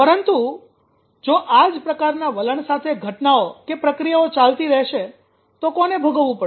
પરંતુ જો આ જ પ્રકારના વલણ સાથે ઘટનાઓપ્રક્રિયાઓ ચાલતી રહેશે તો કોને ભોગવવું પડશે